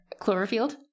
Cloverfield